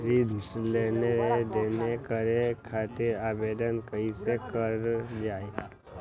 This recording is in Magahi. ऋण लेनदेन करे खातीर आवेदन कइसे करल जाई?